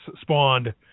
spawned